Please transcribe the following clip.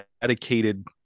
dedicated